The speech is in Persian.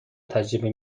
تجربه